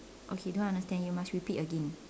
okay don't understand you must repeat again